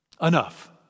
enough